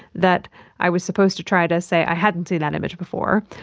that i was supposed to try to say i haven't seen that image before.